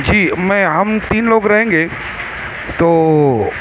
جی میں ہم تین لوگ رہیں گے تو